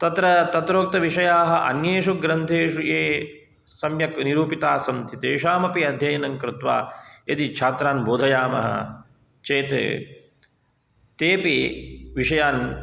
तत्र तत्रोक्तविषयाः अन्येषु ग्रन्थेषु ये सम्यक् निरुपिताः सन्ति तेषमपि अध्ययनं कृत्वा यदि छात्रान् बोधयामः चेत् तेपि विषयान्